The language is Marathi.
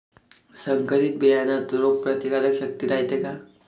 संकरित बियान्यात रोग प्रतिकारशक्ती रायते का?